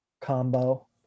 combo